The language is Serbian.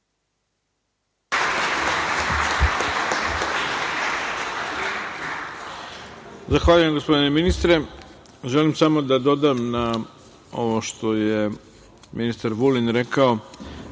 Zahvaljujem gospodine ministre. Želim samo da dodam na ovo što je ministar Vulin rekao,